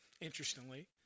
interestingly